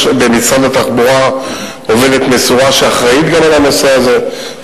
יש במשרד התחבורה עובדת מסורה שאחראית גם לנושא הזה,